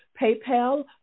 PayPal